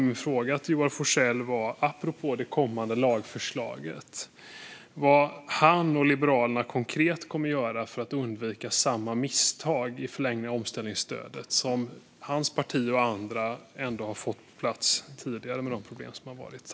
Därför vill jag, fru talman, apropå det kommande lagförslaget fråga Joar Forssell vad han och Liberalerna konkret kommer att göra för att undvika samma misstag i förlängningen av omställningsstödet, det stöd som hans parti och andra ändå har fått på plats tidigare med de problem som har varit.